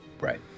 Right